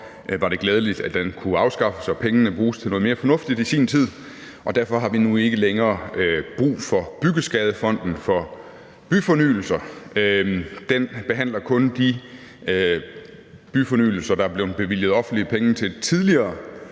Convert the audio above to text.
var det glædeligt, at den kunne afskaffes og pengene kunne bruges til noget mere fornuftigt i sin tid. Derfor har vi nu ikke længere brug for Byggeskadefonden vedrørende Bygningsfornyelse. Den behandler kun de byfornyelser, der er blevet bevilget offentlige penge til tidligere,